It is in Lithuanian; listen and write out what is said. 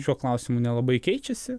šiuo klausimu nelabai keičiasi